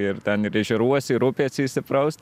ir ten ir ežeruose ir upėse išsipraust